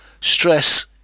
Stress